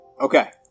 Okay